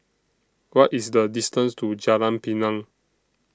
What IS The distance to Jalan Pinang